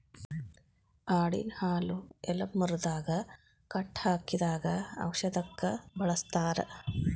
ಆಡಿನ ಹಾಲು ಎಲಬ ಮುರದಾಗ ಕಟ್ಟ ಹಾಕಿದಾಗ ಔಷದಕ್ಕ ಬಳಸ್ತಾರ